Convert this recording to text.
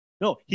No